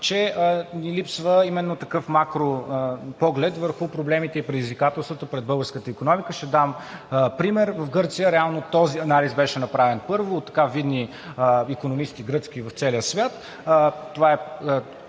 че ни липсва именно такъв макропоглед върху проблемите и предизвикателствата пред българската икономика – ще дам пример. В Гърция реално този анализ беше направен първо от видни гръцки икономисти в целия свят. Това е